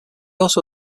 also